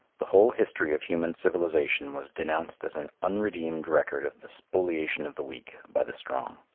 the whole history of human civilization was denounced as an unredeemed record of the spoliation of the weak by the strong.